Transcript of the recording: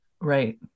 Right